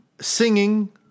singing